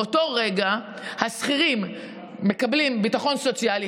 באותו רגע השכירים מקבלים ביטחון סוציאלי,